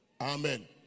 Amen